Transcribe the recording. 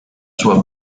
sua